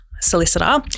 solicitor